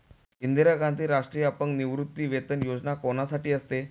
इंदिरा गांधी राष्ट्रीय अपंग निवृत्तीवेतन योजना कोणासाठी असते?